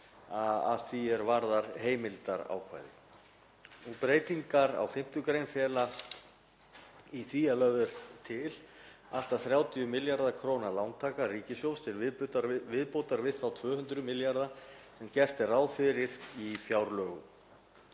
að því er varðar heimildarákvæði. Breytingar á 5. gr. felast í því að lögð er til allt að 30 milljarða kr. lántaka ríkissjóðs til viðbótar við þá 200 milljarða kr. sem gert er ráð fyrir í fjárlögum.